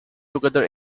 together